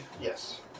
Yes